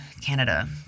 Canada